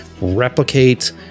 replicate